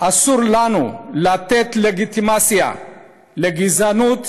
אסור לנו לתת לגיטימציה לגזענות